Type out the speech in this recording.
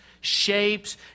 shapes